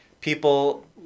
people